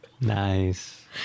Nice